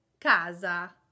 Casa